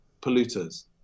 polluters